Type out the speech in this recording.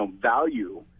value